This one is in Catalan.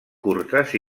curtes